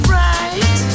right